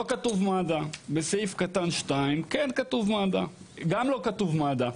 לא כתוב מד"א, בסעיף קטן (2) גם לא כתוב מד"א.